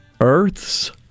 earths